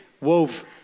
wove